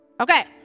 Okay